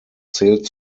zählt